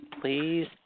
please